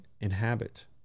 inhabit